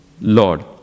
Lord